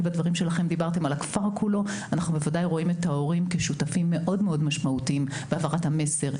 אנחנו רואים את ההורים כשותפים מאוד משמעותיים בהעברת המסר,